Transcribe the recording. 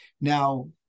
Now